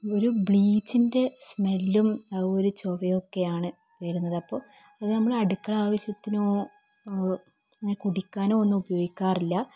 ഒരു ബ്ലീച്ചിൻ്റെ സ്മെല്ലും ആ ഒരു ചൊവയൊക്കെയാണ് വരുന്നത് അപ്പോൾ ഇത് നമ്മൾ അടുക്കളാവശ്യത്തിനോ അങ്ങനെ കുടിക്കാനൊന്നും ഉപയോഗിക്കാറില്ല